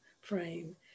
frame